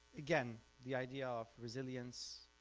again, the idea of resilience,